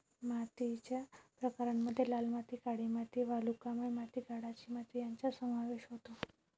मातीच्या प्रकारांमध्ये लाल माती, काळी माती, वालुकामय माती, गाळाची माती यांचा समावेश होतो